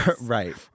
Right